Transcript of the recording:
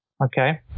Okay